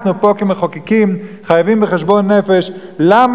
הרב פינקל, נתן זאב פינקל זכר צדיק לברכה, הוא היה